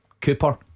Cooper